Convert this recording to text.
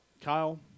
Kyle